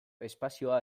espazioa